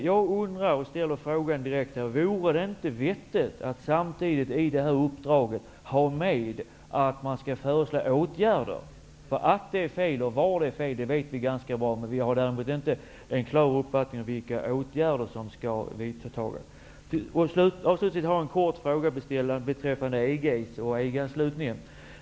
Jag undrar: Vore det inte vettigt att i detta uppdrag samtidigt lägga in att man skall föreslå åtgärder? Att det är fel och var det är fel, det vet vi ganska bra. Däremot har vi inte en klar uppfattning om vilka åtgärder som skall vidtas. EG-anslutningen.